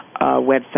website